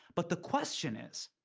but the question is,